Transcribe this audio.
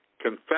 confess